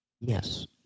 Yes